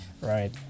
right